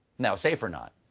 now, safe or not,